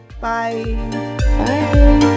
Bye